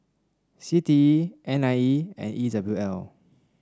C T E N I E and E W L